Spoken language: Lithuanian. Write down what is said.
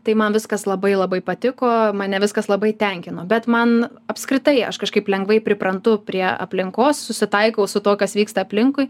tai man viskas labai labai patiko mane viskas labai tenkino bet man apskritai aš kažkaip lengvai priprantu prie aplinkos susitaikau su tuo kas vyksta aplinkui